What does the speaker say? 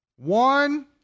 One